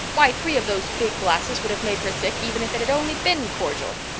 why, three of those big glasses would have made her sick even if it had only been cordial.